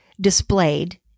displayed